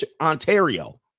Ontario